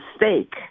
mistake